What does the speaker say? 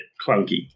clunky